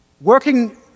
working